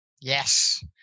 Yes